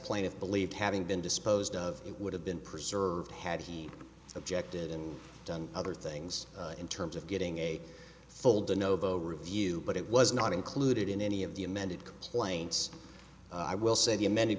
plaintiff believed having been disposed of it would have been preserved had he objected and done other things in terms of getting a folder novo review but it was not included in any of the amended complaints i will say the amended